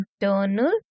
internal